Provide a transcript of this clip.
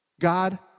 God